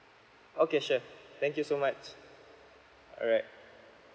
okay sure thank you so much all right